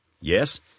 Yes